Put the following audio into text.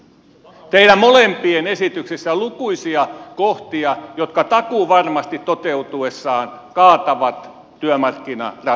teidän molempien esityksissä on lukuisia kohtia jotka takuuvarmasti toteutuessaan kaatavat työmarkkinaratkaisun